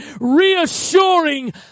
reassuring